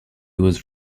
was